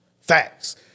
Facts